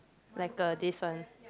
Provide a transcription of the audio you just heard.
like uh this one